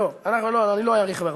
טוב, לא אאריך הרבה.